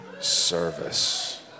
Service